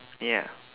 ya